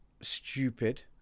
stupid